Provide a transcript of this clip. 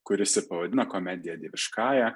kuris i pavadina komediją dieviškąja